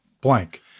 blank